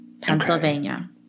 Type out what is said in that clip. Pennsylvania